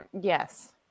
Yes